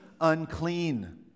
unclean